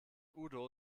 udo